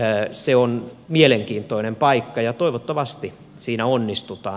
se on mielenkiintoinen paikka ja toivottavasti siinä onnistutaan